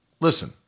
listen